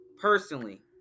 personally